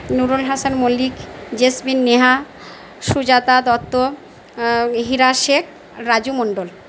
Nurul Hasan Mallick Jasmin Neha Sujata Dutta Hira Sheikh Raju Mondal